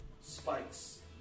spikes